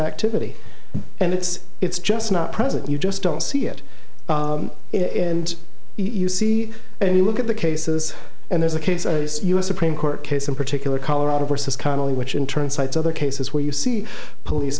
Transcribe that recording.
activity and it's it's just not present you just don't see it in you see if you look at the cases and there's a case a u s supreme court case in particular colorado versus connell which in turn cites other cases where you see police